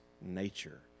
nature